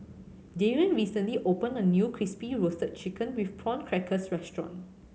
Darrion recently opened a new Crispy Roasted Chicken with Prawn Crackers restaurant